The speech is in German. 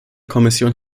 kommission